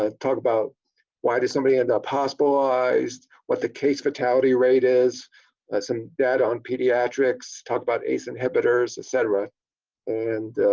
um talk about why did somebody end up hospitalized? what the case fatality rate is. get some data on pediatrics, talk about ace inhibitors, etc and